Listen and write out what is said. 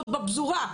עוד בפזורה,